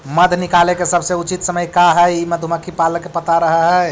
मध निकाले के सबसे उचित समय का हई ई मधुमक्खी पालक के पता रह हई